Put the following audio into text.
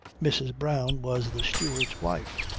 mrs. brown was the steward's wife.